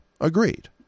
agreed